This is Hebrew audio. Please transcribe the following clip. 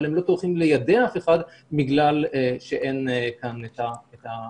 אבל הם לא טורחים ליידע אף אחד בגלל שאין כאן את היחסיות.